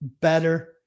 better